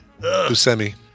Buscemi